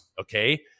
okay